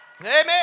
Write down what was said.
Amen